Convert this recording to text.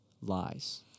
lies